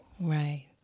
Right